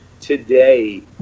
today